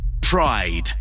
pride